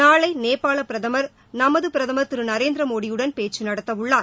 நாளை நேபாள பிரதமர் நமது பிரதமர் திரு நரேந்திரமோடியுடன் பேச்சு நடத்த உள்ளார்